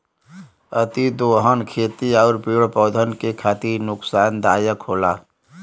अतिदोहन खेती आउर पेड़ पौधन के खातिर नुकसानदायक होला